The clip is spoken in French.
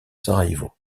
sarajevo